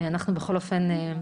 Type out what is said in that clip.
אנחנו נשמח